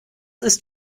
ist